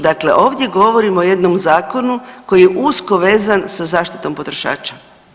Dakle, ovdje govorimo o jednom zakonu koji je usko vezan sa zaštitom potrošača.